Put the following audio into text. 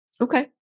Okay